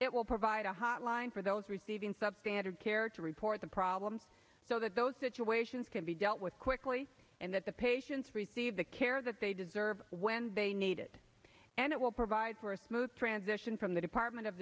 it will provide a hotline for those receiving substandard care to report the problem so that those situations can be dealt with quickly and that the patients receive the care that they deserve when they need it and it will provide for a smooth transition from the department of